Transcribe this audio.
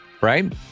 right